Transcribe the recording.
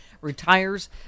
retires